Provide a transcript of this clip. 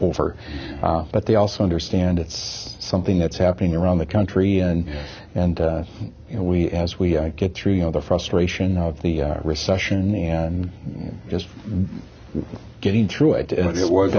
over but they also understand it's something that's happening around the country and and you know we as we get through you know the frustration of the recession and just getting through it and it was